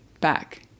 back